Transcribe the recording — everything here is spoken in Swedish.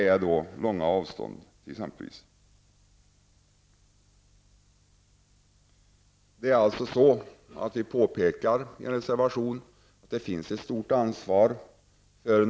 Vi framhåller i reservation 8 att nationalscenerna i det här avseendet har ett stort ansvar.